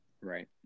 Right